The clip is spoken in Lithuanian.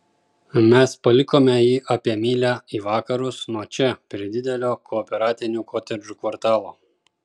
mes palikome jį apie mylią į vakarus nuo čia prie didelio kooperatinių kotedžų kvartalo